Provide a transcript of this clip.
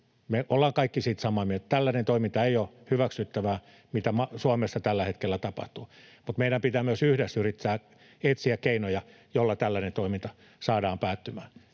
Me ollaan kaikki siitä samaa mieltä, että tällainen toiminta ei ole hyväksyttävää, mitä Suomessa tällä hetkellä tapahtuu, mutta meidän pitää myös yhdessä yrittää etsiä keinoja, joilla tällainen toiminta saadaan päättymään.